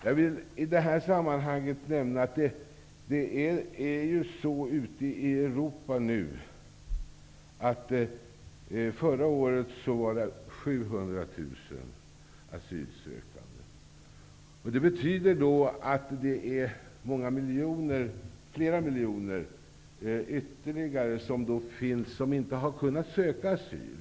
Jag vill i det här sammanhanget nämna att situationen i Europa är sådan att det förra året rörde sig om 700 000 asylsökande. Det betyder att det finns ytterligare flera miljoner människor som inte har kunnat söka asyl.